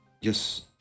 Yes